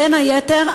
בין היתר,